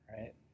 right